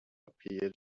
appeared